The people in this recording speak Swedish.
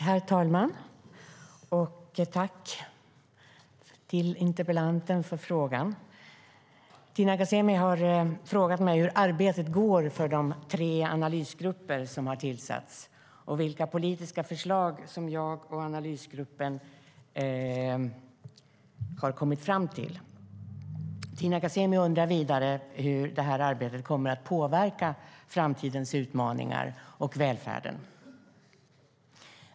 Herr talman! Tack till interpellanten för frågan! Tina Ghasemi har frågat mig hur arbetet går för de tre analysgrupper som har tillsatts och vilka politiska förslag som jag och analysgrupperna har kommit fram till. Tina Ghasemi undrar vidare hur det arbetet kommer att påverka framtidens framtidsutmaningar och välfärden.